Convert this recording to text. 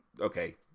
okay